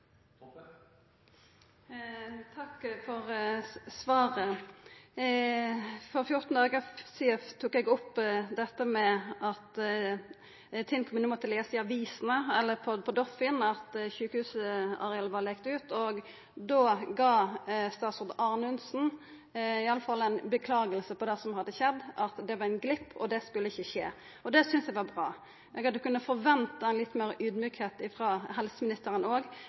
Takk for svaret. For 14 dagar sidan tok eg opp dette med at Tinn kommune måtte lesa i avisene eller på Doffin at sjukehusarealet var leigt ut. Då sa iallfall statsråd Anundsen seg lei for det som hadde skjedd – at det var ein glipp, og det skulle ikkje skje. Det synest eg var bra. Eg hadde forventa litt meir audmjukskap òg frå helseministeren,